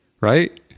right